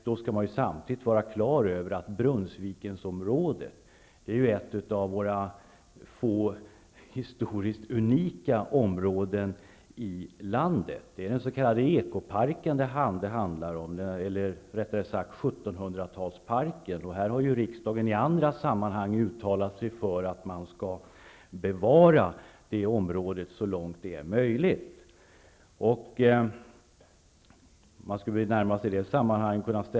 Då bör man samtidigt vara på det klara med att Brunnsvikensområdet är ett av våra få historiskt unika områden i landet. Det handlar om den s.k. Ekoparken, eller rättare sagt, 1700-tals parken. Här har riksdagen i andra sammanhang uttalat sig för att man skall bevara detta område så långt det är möjligt.